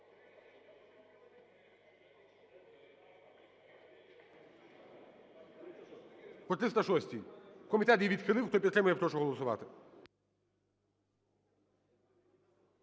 По 306-й, комітет її відхилив, хто підтримує, прошу голосувати.